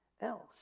else